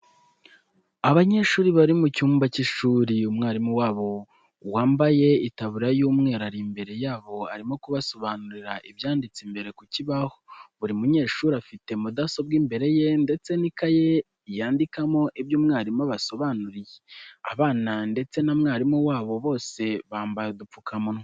Abanyeshuri bari mu cyumba cy'ishuri umwarimu wabo wambaye itaburiya y'umweru ari imbere yabo arimo kubasobanurira ibyanditse imbere ku kibaho, buri munyeshuri afite mudasobwa imbere ye ndetse n'ikaye yandikamo ibyo umwarimu asobanuye abana ndetse na mwarimu wabo bose bambaye udupfukamunwa.